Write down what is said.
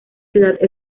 ciudad